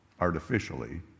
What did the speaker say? artificially